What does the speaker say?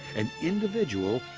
an individual,